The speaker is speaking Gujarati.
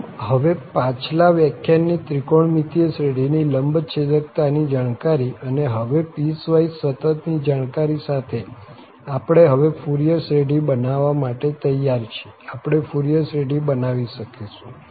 આમ હવે પાછલા વ્યાખ્યાનની ત્રિકોણમિતિય શ્રેઢીની લંબચ્છેકતાની જાણકારી અને હવે પીસવાઈસ સતત ની જાણકારી સાથે આપણે હવે ફુરિયર શ્રેઢી બનાવવા માટે તૈયાર છીએ આપણે ફુરિયર શ્રેઢી બનાવી શકીશું